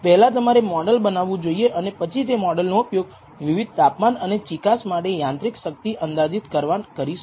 પહેલા તમારે મોડલ બનાવવું જોઈએ અને પછી તે મોડલનો ઉપયોગ વિવિધ તાપમાન અને ચિકાસ માટે યાંત્રિક શક્તિ અંદાજિત કરવા કરી શકો